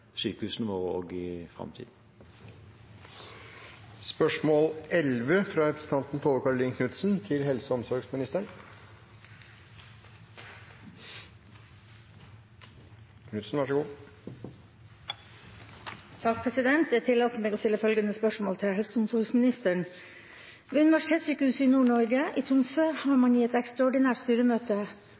sykehusene våre også i framtiden. Jeg tillater meg å stille følgende spørsmål til helse- og omsorgsministeren: «Ved Universitetssykehuset Nord-Norge i Tromsø har man i et ekstraordinært styremøte